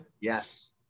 Yes